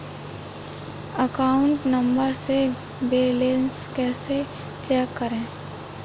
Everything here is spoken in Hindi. अकाउंट नंबर से बैलेंस कैसे चेक करें?